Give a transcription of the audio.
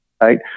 right